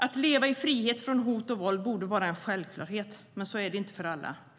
Att leva i frihet från hot och våld borde vara en självklarhet. Men så är det inte för alla.